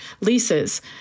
leases